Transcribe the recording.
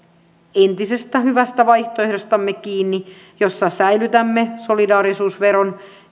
entisestä hyvästä vaihtoehdostamme jossa säilytämme solidaarisuusveron